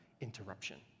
interruption